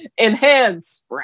Enhance